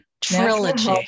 Trilogy